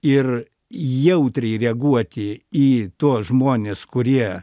ir jautriai reaguoti į tuos žmones kurie